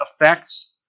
affects